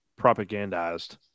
propagandized